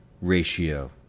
ratio